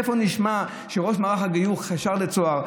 איפה נשמע שראש מערך הגיור שייך לצהר?